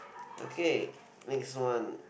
okay next one